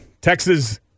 Texas